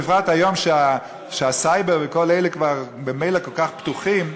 בפרט היום כשהסייבר וכל אלה כבר ממילא כל כך פתוחים,